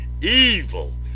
evil